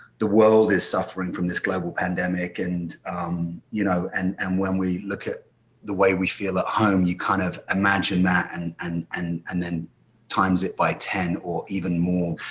the world is suffering from this global pandemic, and you know, and and when we look at the way we feel at home, you kind of imagine that and and and and then times it by ten or even more.